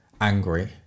angry